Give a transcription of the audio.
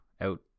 out